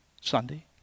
Sunday